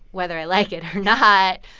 whether i like it or not,